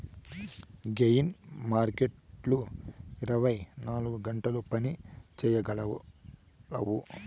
gain మార్కెట్లు ఇరవై నాలుగు గంటలు పని చేయగలవు